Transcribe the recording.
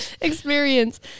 experience